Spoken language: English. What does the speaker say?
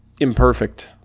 imperfect